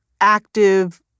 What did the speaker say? active